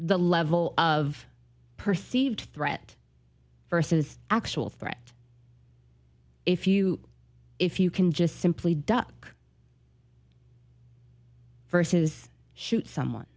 the level of perceived threat versus actual threat if you if you can just simply duck versus shoot someone